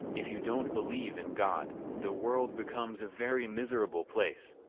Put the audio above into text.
if you don't believe in god, the world becomes a very miserable place.